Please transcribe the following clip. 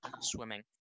swimming